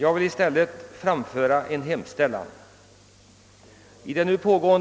I stället vill jag framföra en hemställan till kommunikationsministern.